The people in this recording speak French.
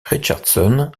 richardson